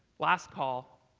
last call,